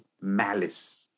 malice